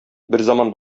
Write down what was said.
берзаман